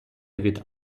від